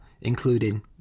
including